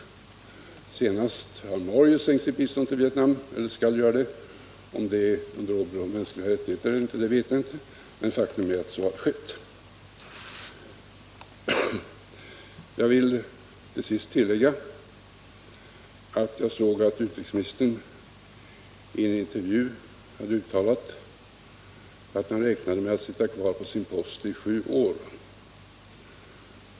Nu senast har Norge gjort det; om det sker med åberopande av de mänskliga rättigheterna eller inte vet jag inte, men faktum är att så sker. Jag såg att utrikesministern i en intervju hade uttalat, att han räknade med att sitta kvar på sin post i sju år.